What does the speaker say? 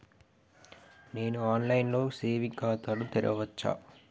నేను online లో saving ఖాతా ను తెరవచ్చా?